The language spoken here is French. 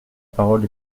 parole